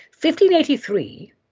1583